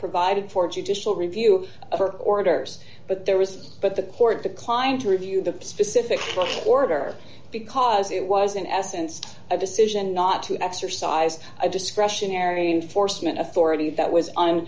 provided for judicial review orders but there was but the court declined to review the specific order because it was in essence a decision not to exercise a discretionary enforcement authority that was